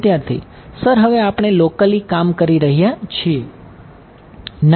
વિદ્યાર્થી સર હવે આપણે લોકલી કામ કરી રહ્યા છીએ